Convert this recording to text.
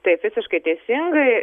taip visiškai teisingai